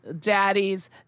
daddies